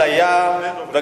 כמה דוברים?